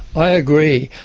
i agree,